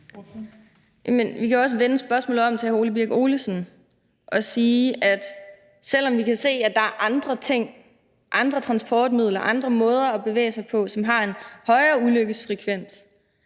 Vi kan jo også vende spørgsmålet til hr. Ole Birk Olesen om og sige, at selv om vi kan se, at der er andre ting, andre transportmidler, andre måder at bevæge sig på, som har en højere ulykkesfrekvens,